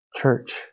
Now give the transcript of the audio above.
Church